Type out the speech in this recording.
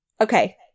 okay